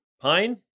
Pine